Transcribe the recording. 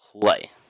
play